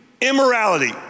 immorality